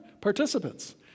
participants